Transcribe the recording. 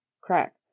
crack